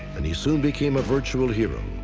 and he soon became a virtual hero,